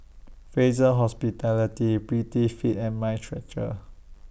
Fraser Hospitality Prettyfit and Mind Stretcher